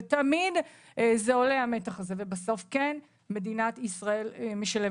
ותמיד עולה המתח הזה, ובסוף מדינת ישראל כן משלמת.